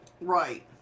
Right